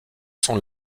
sont